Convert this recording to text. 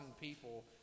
people